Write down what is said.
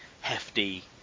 hefty